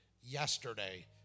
Yesterday